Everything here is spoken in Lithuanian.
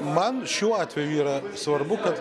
man šiuo atveju yra svarbu kad